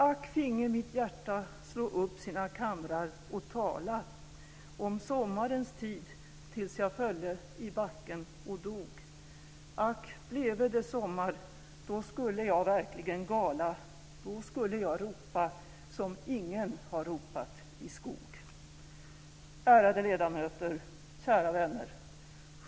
Ack finge mitt hjärta slå upp sina kamrar och tala om sommarens tid tills jag fölle i backen och dog. Ack bleve det sommar då skulle jag verkligen gala då skulle jag ropa som ingen har ropat i skog. Ärade ledamöter! Kära vänner!